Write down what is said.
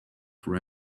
for